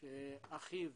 שאחיו